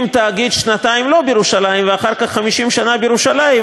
אם תאגיד שנתיים לא בירושלים ואחר כך 50 שנה בירושלים,